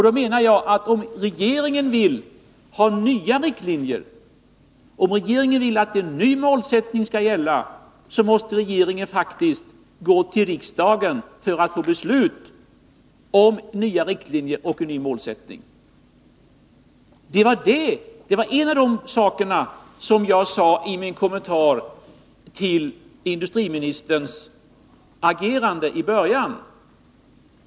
Då menar jag att om regeringen vill ha nya riktlinjer, om regeringen vill att en ny målsättning skall gälla, så måste regeringen faktiskt gå till riksdagen för att få beslut om detta. Detta var en av de saker jag sade i min kommentar till industriministerns agerande i början.